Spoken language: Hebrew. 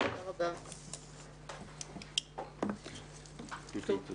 הישיבה ננעלה בשעה 11:55.